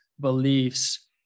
beliefs